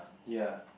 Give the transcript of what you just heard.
ya